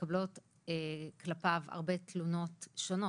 שמתקבלות כלפיו הרבה תלונות שונות.